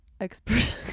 Expert